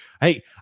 Hey